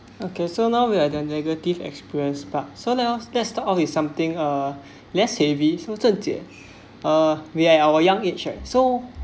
okay so now we are done negative experience part so now let's something uh less heavy so zhen jie uh where our young age at so